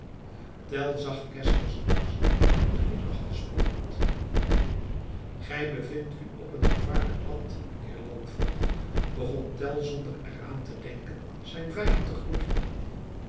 zag geszlers angst en glimlachte spottend gij bevindt u op een gevaarlijk pad heer landvoogd begon tell zonder eraan te denken zijn vijand te groeten